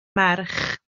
merch